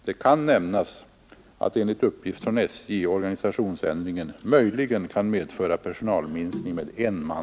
Det kan nämnas, att enligt uppgift från SJ organisationsändringen möjligen kan medföra personalminskning med en man.